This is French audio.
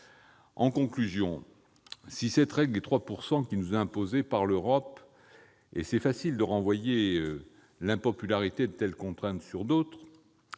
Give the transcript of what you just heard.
conclure, si cette règle des 3 % qui nous est imposée par l'Europe - il est facile de renvoyer l'impopularité de telles contraintes sur d'autres